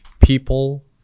people